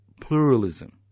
pluralism